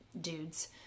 dudes